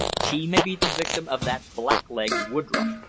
she may be the victim of that blackleg woodroffe,